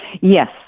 Yes